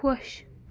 خۄش